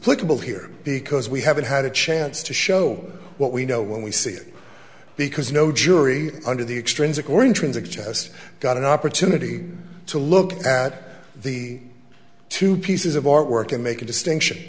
political here because we haven't had a chance to show what we know when we see it because no jury under the extrinsic or in transit just got an opportunity to look at the two pieces of artwork and make a distinction